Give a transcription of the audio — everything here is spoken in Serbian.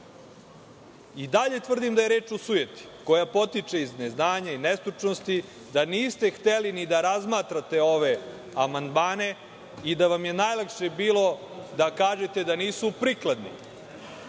dalje tvrdim da je reč o sujeti, koja potiče od neznanja i nestručnosti, da niste hteli ni da razmatrate ove amandmane i da vam je najlakše bilo da kažete da nisu prikladni. Gospodine